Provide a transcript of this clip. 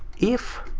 if